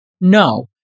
No